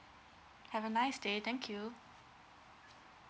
have a nice day thank you